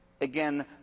again